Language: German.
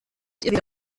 wieder